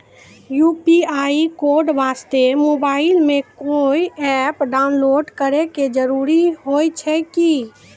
UPI code वास्ते mobile मे कोय एप्प डाउनलोड करे के जरूरी होय छै की?